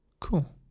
Cool